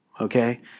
Okay